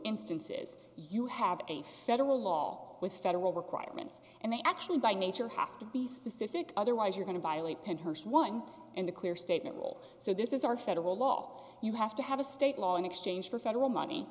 instances you have a federal law with federal requirements and they actually by nature have to be specific otherwise you're going to violate ten host one and the your statement will so this is our federal law you have to have a state law in exchange for federal money